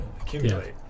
accumulate